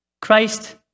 Christ